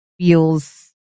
feels